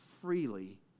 freely